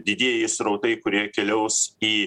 didieji srautai kurie keliaus į